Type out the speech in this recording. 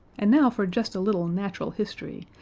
and now for just a little natural history,